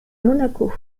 monaco